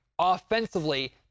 offensively